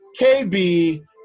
KB